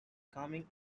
becoming